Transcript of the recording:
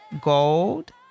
gold